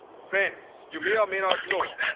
friends, you may or may not know,